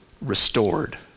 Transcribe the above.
Restored